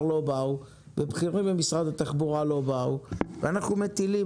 לא באו ובכירים במשרד התחבורה לא באו ואנחנו מטילים